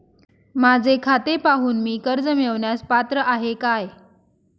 माझे खाते पाहून मी कर्ज मिळवण्यास पात्र आहे काय?